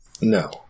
No